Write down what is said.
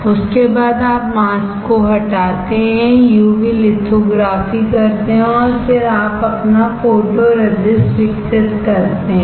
उसके बाद आप मास्क को हटाते हैं यूवी लिथोग्राफी करते हैं और फिर आप अपना फोटोरेजिस्ट विकसित करते हैं